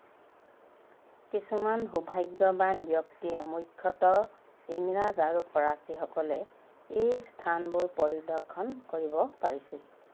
কিছুমান সৌভাগ্যৱান ব্যক্তিয়ে মুখ্যতঃ ইংৰাজ আৰু ফৰাচীসকলে এই স্থানবোৰ পৰিদৰ্শন কৰিব পাৰিছিল